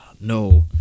No